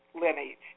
lineage